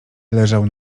leżał